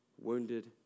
wounded